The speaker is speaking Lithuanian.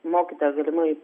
mokytoja galimai